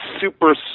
super